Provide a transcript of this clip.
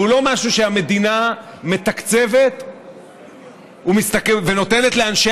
והוא לא משהו שהמדינה מתקצבת ונותנת לאנשי